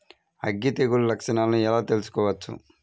అగ్గి తెగులు లక్షణాలను ఎలా తెలుసుకోవచ్చు?